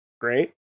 great